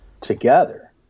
together